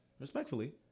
respectfully